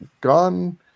gone